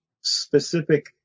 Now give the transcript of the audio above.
specific